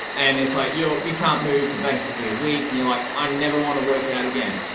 and it's like you're you can't move for basically a week and you're like, i never want to work out again.